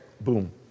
Boom